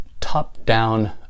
top-down